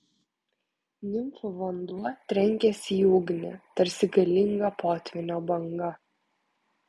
nimfų vanduo trenkėsi į ugnį tarsi galinga potvynio banga